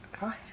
Right